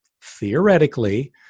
theoretically